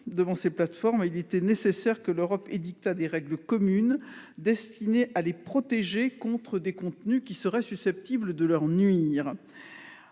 sur ces plateformes. Il était nécessaire que l'Europe édicte des règles communes destinées à les protéger contre des contenus susceptibles de leur nuire.